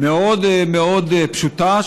מאוד מאוד פשוטה,